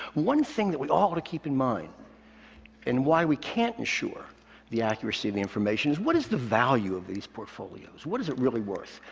one thing that we all ought to keep in mind and why we can't ensure the accuracy of the information is what is the value of these portfolios, what is it really worth.